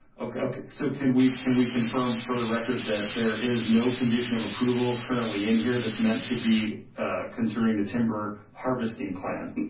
okay, so can we can we confirm for the record that there is no condition of approval currently in here that's meant to be concerning the timber harvesting plan?